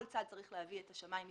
כל צד צריך להביא שמאי מטעמו,